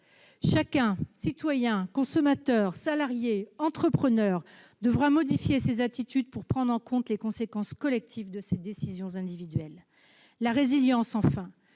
Chacun, citoyen, consommateur, salarié, entrepreneur, devra modifier ses attitudes pour prendre en compte les conséquences collectives de ses décisions individuelles. La résilience, enfin.